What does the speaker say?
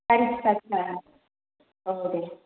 गारि फिसासो ना औ दे